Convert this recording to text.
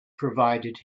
provided